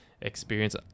experience